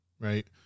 right